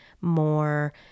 More